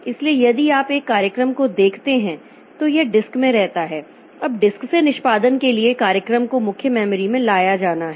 इसलिए यदि आप एक कार्यक्रम को देखते हैं तो यह डिस्क में रहता है अब डिस्क से निष्पादन के लिए कार्यक्रम को मुख्य मेमोरी में लाया जाना है